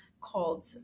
called